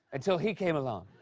until he came along.